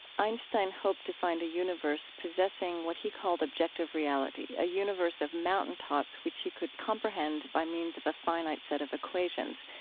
einstein hoped to find a universe possessing what he called objective reality, a universe of mountaintops which he could comprehend by means of a finite set of equations.